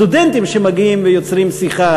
סטודנטים שמגיעים ויוצרים שיחה,